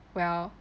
well